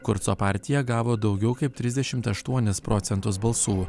kurco partija gavo daugiau kaip trisdešimt aštuonis procentus balsų